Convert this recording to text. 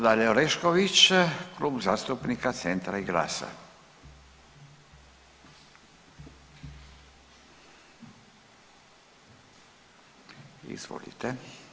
Gđa. Dalija Orešković, Klub zastupnika Centra i GLAS-a, izvolite.